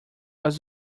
was